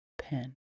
pen